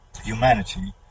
humanity